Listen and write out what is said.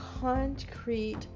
concrete